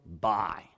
Bye